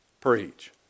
preach